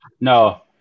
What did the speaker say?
no